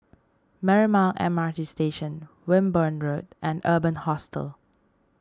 Marymount M R T Station Wimborne Road and Urban Hostel